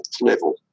level